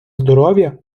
здоров’я